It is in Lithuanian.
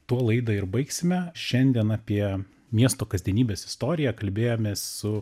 tuo laidą ir baigsime šiandien apie miesto kasdienybės istoriją kalbėjomės su